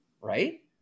right